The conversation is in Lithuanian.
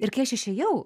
ir kai aš išėjau